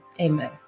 Amen